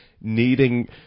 needing